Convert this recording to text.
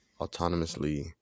autonomously